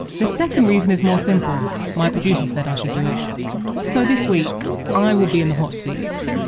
the second reason is more simple my producer said i should do it so this week, i will be in the hot seat,